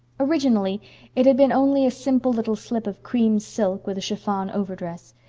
originally it had been only a simple little slip of cream silk with a chiffon overdress.